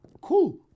Cool